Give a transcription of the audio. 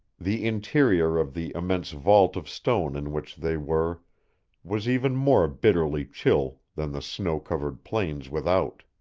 the interior of the immense vault of stone in which they were was even more bitterly chill than the snow-covered plains without.